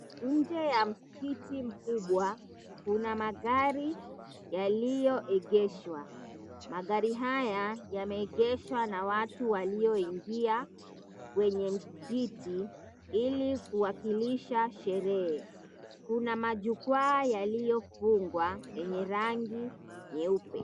Nje ya msikiti mkubwa kuna magari yaliyoegeshwa, magari haya yameegeshwa na watu walioingia kwenye msikiti ili kuwakilisha sherehe, kuna majukwaa yaliyo fungwa yenye rangi nyeupe.